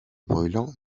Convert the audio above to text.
brûlant